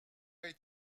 est